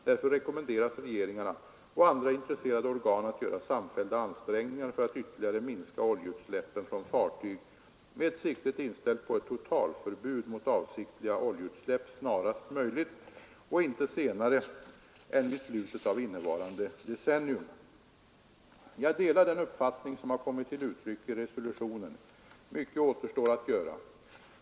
Därför rekommenderas regeringarna och andra intresserade organ att göra samfällda ansträngningar för att ytterligare minska oljeutsläppen från fartyg med siktet inställt på ett totalförbud mot avsiktliga oljeutsläpp snarast möjligt och inte senare än vid slutet av innevarande decennium. Jag delar den uppfattning som har kommit till uttryck i resolutionen. Mycket återstår att göra.